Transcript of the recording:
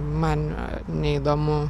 man neįdomu